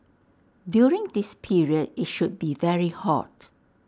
during this period IT should be very hot